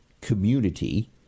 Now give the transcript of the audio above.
community